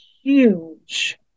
huge